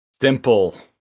Simple